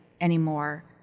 anymore